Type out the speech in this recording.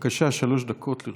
בבקשה, שלוש דקות לרשותך.